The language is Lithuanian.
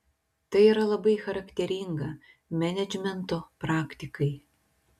tai yra labai charakteringa menedžmento praktikai